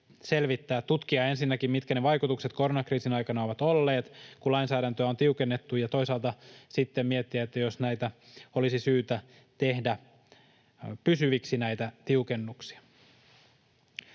tutkia ensinnäkin, mitkä ne vaikutukset koronakriisin aikana ovat olleet, kun lainsäädäntöä on tiukennettu, ja toisaalta sitten miettiä, olisiko syytä tehdä pysyviksi näitä tiukennuksia.